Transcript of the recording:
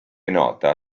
nota